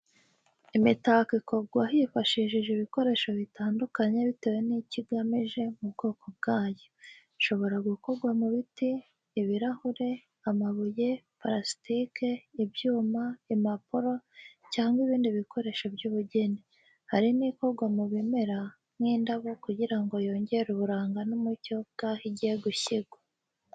Imitako ikorwa hifashishijwe ibikoresho bitandukanye bitewe n'icyo igamije n'ubwoko bwayo. Ishobora gukorwa mu biti, ibirahuri, amabuye, parasitike, ibyuma, impapuro, cyangwa ibindi bikoresho by'ubugeni. Hari nikorwa mu bimera nk’indabo kugira ngo yongere uburanga n'umucyo bwaho igiye gushyirwa.